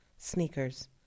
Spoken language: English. Sneakers